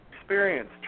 experience